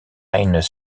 mijn